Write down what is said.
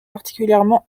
particulièrement